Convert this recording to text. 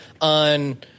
on